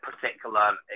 particular